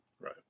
Right